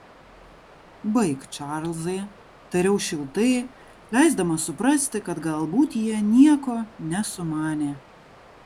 baik čarlzai tariau šiltai leisdamas suprasti kad galbūt jie nieko nesumanė